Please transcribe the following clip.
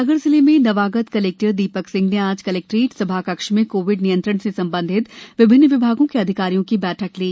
सागर जिले में नवागत कलेक्टर दीपक सिंह ने आज कलेक्ट्रेट सभाकक्ष में कोविड नियंत्रण से संबंधित विभिन्न विभागों के अधिकारियों की बैठक ली